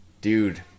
Dude